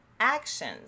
Actions